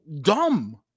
dumb